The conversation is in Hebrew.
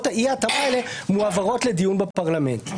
על אי-התאמה מועברות לדיון בפרלמנט.